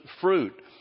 fruit